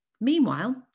Meanwhile